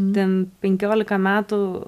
ten penkiolika metų